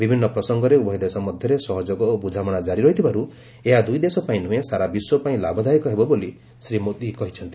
ବିଭିନ୍ନ ପ୍ରସଙ୍ଗରେ ଉଭୟ ଦେଶ ମଧ୍ୟରେ ସହଯୋଗ ଓ ବୁଝାମଣା କ୍କାରି ରହିଥିବାରୁ ଏହା ଦୁଇଦେଶ ପାଇଁ ନୁହେଁ ସାରା ବିଶ୍ୱ ପାଇଁ ଲାଭଦାୟକ ହେବ ବୋଲି ଶ୍ରୀ ମୋଦି କହିଛନ୍ତି